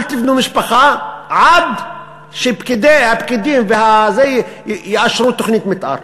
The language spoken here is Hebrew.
אל תבנו משפחה עד שהפקידים יאשרו תוכנית מתאר.